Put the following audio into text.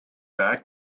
back